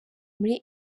muri